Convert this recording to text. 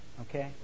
Okay